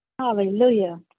Hallelujah